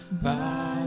Bye